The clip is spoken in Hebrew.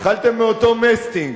אכלתם מאותו מסטינג.